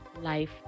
life